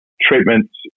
treatments